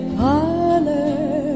parlor